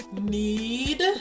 need